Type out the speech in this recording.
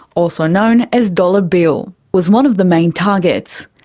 also known as dollar bill was one of the main targets.